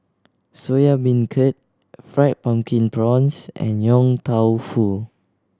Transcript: Soya Beancurd Fried Pumpkin Prawns and Yong Tau Foo